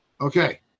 Okay